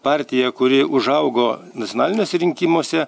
partija kuri užaugo nacionaliniuose rinkimuose